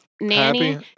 Nanny